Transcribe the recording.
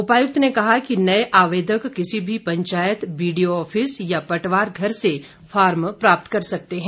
उपायुक्त ने कहा कि नए आवेदक किसी भी पंचायत बीडीओ ऑफिस या पटवार घर से फार्म प्राप्त कर सकते हैं